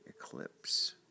Eclipse